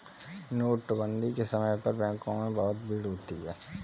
नोटबंदी के समय पर बैंकों में बहुत भीड़ होती थी